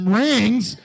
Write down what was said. rings